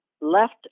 left